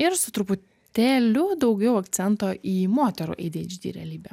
ir su truputėliu daugiau akcento į moterų adhd realybę